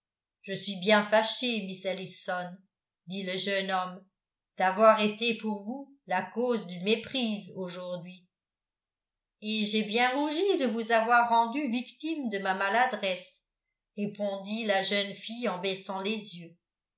je suis bien fâché miss ellison dit le jeune homme d'avoir été pour vous la cause d'une méprise aujourd'hui et j'ai bien rougi de vous avoir rendu victime de ma maladresse répondit la jeune fille en baissant les yeux